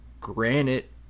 granite